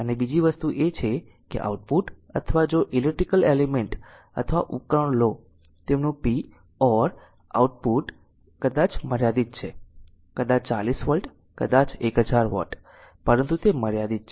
અને બીજી વસ્તુ એ છે કે આઉટપુટ અથવા જો ઈલેક્ટ્રીકલ એલિમેન્ટ અથવા ઉપકરણો લો તેમનું p or આઉટપુટ કદાચ મર્યાદિત છે કદાચ 40 વોટ કદાચ 1000 વોટ પરંતુ તે મર્યાદિત છે